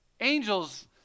angels